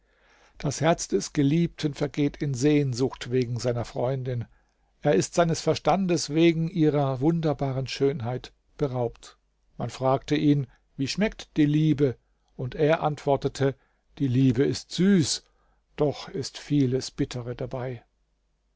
das herz des geliebten vergeht in sehnsucht wegen seiner freundin er ist seines verstandes wegen ihrer wunderbaren schönheit beraubt man fragte ihn wie schmeckt die liebe und er antwortete die liebe ist süß doch ist vieles bittere dabei